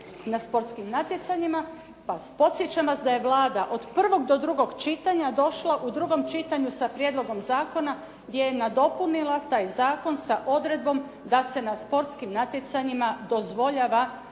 na sportskim natjecanjima pa podsjećam vas da je Vlada od prvog do drugog čitanja došla u drugom čitanju sa prijedlogom zakona gdje je nadopunila taj zakon sa odredbom da se na sportskim natjecanjima dozvoljava